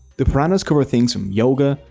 the puranas cover things from yoga,